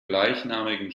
gleichnamigen